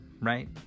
right